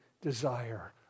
desire